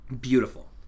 beautiful